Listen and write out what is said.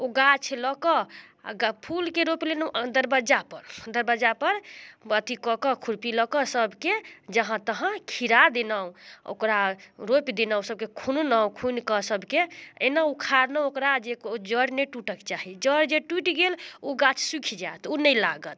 ओ गाछ लऽ कऽ आओर फूलके रोपि लेलहुँ दरबज्जापर दरबज्जापर अथी कऽ कऽ खुरपी लऽ कऽ सबके जहाँ तहाँ खिरा देलहुँ ओकरा रोपि देलहुँ सबके खुनलहुँ खुनिकऽ सबके अएलहुँ उखाड़लहुँ ओकरा जे जड़ि नहि टुटऽके चाही जड़ि जे टुटि गेल ओ गाछ सुखि जाएत ओ नहि लागत